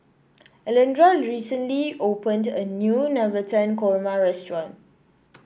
Alondra recently opened a new Navratan Korma restaurant